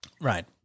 right